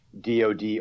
DoD